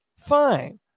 Fine